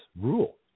rule